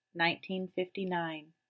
1959